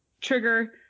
trigger